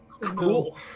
cool